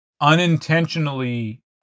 unintentionally